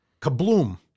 Kabloom